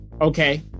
okay